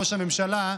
ראש הממשלה,